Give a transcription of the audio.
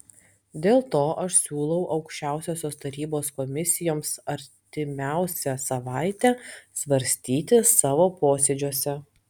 dėl to aš siūlau aukščiausiosios tarybos komisijoms artimiausią savaitę svarstyti savo posėdžiuose